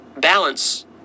balance